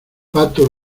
pato